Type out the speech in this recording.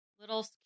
little